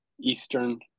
Eastern